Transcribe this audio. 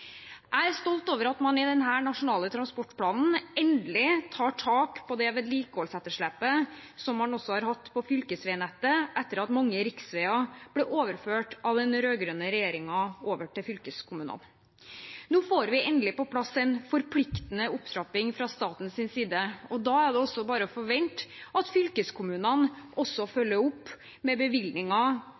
Jeg er stolt over at man i denne nasjonale transportplanen endelig tar tak i vedlikeholdsetterslepet som man også har hatt på fylkesveinettet etter at mange riksveier ble overført til fylkeskommunene av den rød-grønne regjeringen. Nå får vi endelig på plass en forpliktende opptrapping fra statens side, og da er det bare å forvente at fylkeskommunene også følger opp med bevilgninger